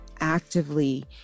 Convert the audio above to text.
actively